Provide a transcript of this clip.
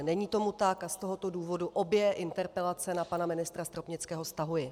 Není tomu tak a z tohoto důvodu obě interpelace na pana ministra Stropnického stahuji.